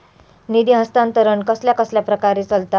निधी हस्तांतरण कसल्या कसल्या प्रकारे चलता?